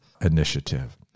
initiative